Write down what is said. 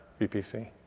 VPC